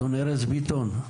אדון ארז ביטון,